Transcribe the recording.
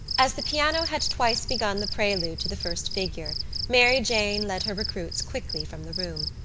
as the piano had twice begun the prelude to the first figure mary jane led her recruits quickly from the room.